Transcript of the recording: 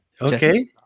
Okay